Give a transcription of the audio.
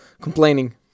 complaining